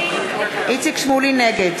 נגד